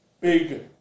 big